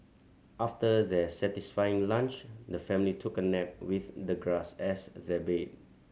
after their satisfying lunch the family took a nap with the grass as their bed